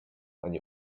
ani